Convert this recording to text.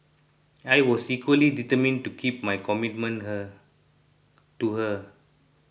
I was equally determined to keep my commitment her to her